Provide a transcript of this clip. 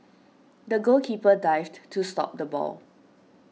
the goalkeeper dived to stop the ball